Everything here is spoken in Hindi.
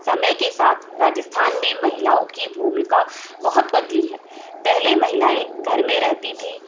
समय के साथ राजस्थान में महिलाओं की भूमिका बहुत बदली है पहले महिलाएँ घर में रहती थी